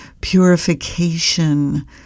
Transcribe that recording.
purification